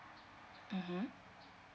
mmhmm